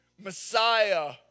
Messiah